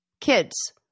kids